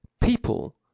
people